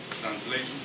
translation